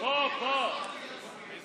אפשר